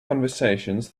conversations